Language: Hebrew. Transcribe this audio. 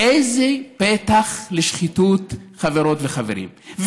איזה פתח לשחיתות, חברות וחברים.